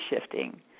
shifting